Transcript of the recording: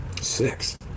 Six